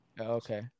Okay